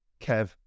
Kev